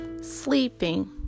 sleeping